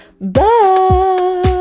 Bye